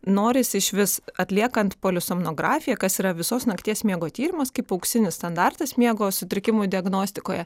norisi išvis atliekant polisomnografiją kas yra visos nakties miego tyrimas kaip auksinis standartas miego sutrikimų diagnostikoje